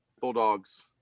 Bulldogs